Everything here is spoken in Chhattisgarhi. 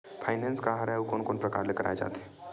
फाइनेंस का हरय आऊ कोन कोन प्रकार ले कराये जाथे?